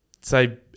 say